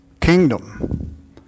kingdom